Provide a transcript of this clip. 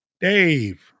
Dave